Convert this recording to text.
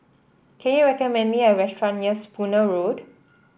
can you recommend me a restaurant near Spooner Road